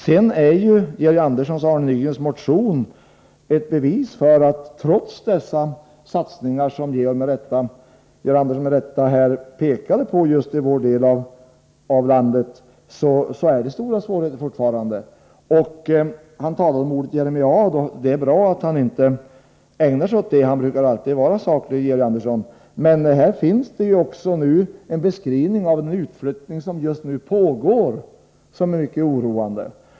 Georg Anderssons och Arne Nygrens motion är ett bevis för att det fortfarande finns stora svårigheter i Västerbotten, trots de satsningar i vår del av landet som Georg Andersson med rätta pekade på. Georg Andersson nämnde ordet jeremiad. Det är bra att han inte ägnar sig åt en sådan. Georg Andersson brukar alltid vara saklig. Men här finns en beskrivning av en utflyttning som just nu pågår och som är mycket oroande.